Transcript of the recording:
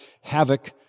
havoc